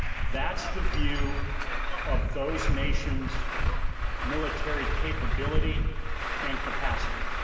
that's the view of those nations' military capability and capacity.